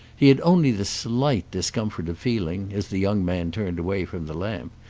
he had only the slight discomfort of feeling, as the young man turned away from the lamp,